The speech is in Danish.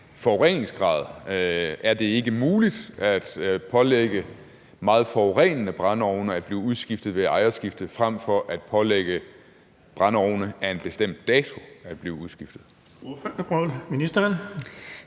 forureningsgrad. Er det ikke muligt at kræve meget forurenende brændeovne udskiftet ved ejerskifte frem for at kræve brændeovne af en bestemt dato udskiftet?